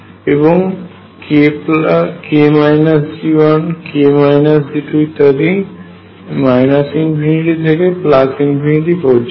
এবং k G1 k G2 ইত্যাদি ∞ to পর্যন্ত